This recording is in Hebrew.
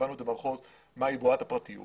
מהי בועת הפרטיות